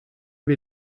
wir